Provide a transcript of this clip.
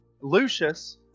Lucius